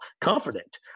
confident